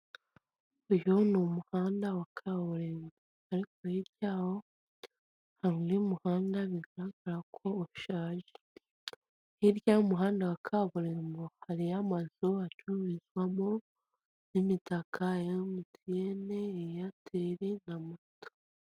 Uyu n'umuhanda wa kaburimbo, ariko hirya yawo, hari undi muhanda bigaragara ko ushaje. Hirya y'umuhanda wa kaburimbo hariyo amazu acururizwamo, n'imitaka ya mtn, airtel na moto.